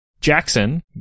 Jackson